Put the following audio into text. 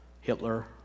Hitler